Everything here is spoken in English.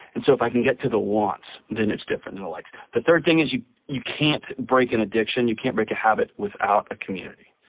and so, if i can get to the wants, then it's different than and the likes. the third thing is, you you can't break an addiction, you can't break a habit, without a community.